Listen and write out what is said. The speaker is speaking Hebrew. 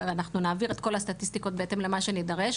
אנחנו נעביר את כל הסטטיסטיקות בהתאם למה שנדרש,